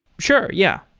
sure. yeah.